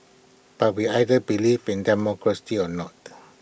but we either believe in democracy or not